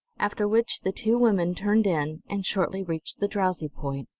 after which the two women turned in, and shortly reached the drowsy point.